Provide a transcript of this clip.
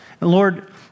Lord